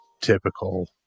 Typical